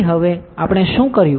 તેથી હવે આપણે શું કર્યું